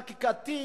בהכרעות,